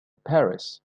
paris